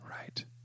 Right